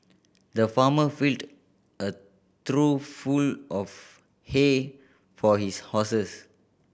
the farmer filled a trough full of hay for his horses